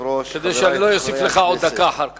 כדי שאני לא אוסיף לך עוד דקה אחר כך.